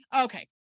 Okay